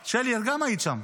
שלי, גם את היית שם,